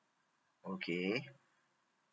okay